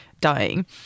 dying